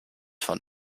von